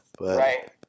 Right